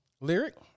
Lyric